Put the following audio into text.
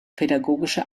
pädagogische